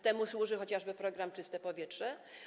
Temu służy chociażby program „Czyste powietrze”